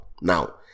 now